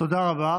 תודה רבה.